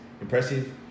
Impressive